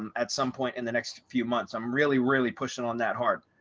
at some point in the next few months. i'm really, really pushing on that hard.